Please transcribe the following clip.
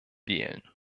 wählen